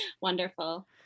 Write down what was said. wonderful